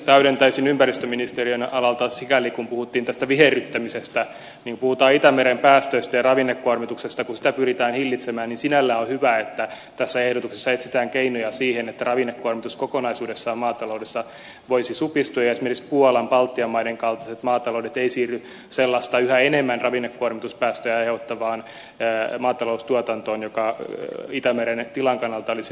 täydentäisin ympäristöministeriön alalta että sikäli kun puhuttiin tästä viherryttämisestä niin puhutaan itämeren päästöistä ja ravinnekuormituksesta ja kun sitä pyritään hillitsemään niin sinällään on hyvä että tässä ehdotuksessa etsitään keinoja siihen että ravinnekuormitus kokonaisuudessaan maataloudessa voisi supistua ja esimerkiksi puolan baltian maiden kaltaiset maataloudet eivät siirry sellaiseen yhä enemmän ravinnekuormituspäästöjä aiheuttavaan maataloustuotantoon joka itämeren tilan kannalta olisi ongelmallista